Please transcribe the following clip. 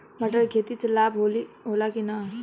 मटर के खेती से लाभ होला कि न?